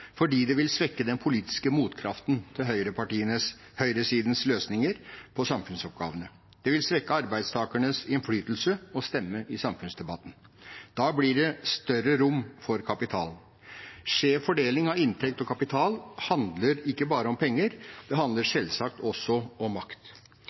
fordi det vil svekke den politiske motkraften til høyresidens løsninger på samfunnsoppgavene. Det vil svekke arbeidstakernes innflytelse og stemme i samfunnsdebatten. Da blir det større rom for kapitalen. Skjev fordeling av inntekt og kapital handler ikke bare om penger; det handler